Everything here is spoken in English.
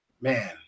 man